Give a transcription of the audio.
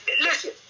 listen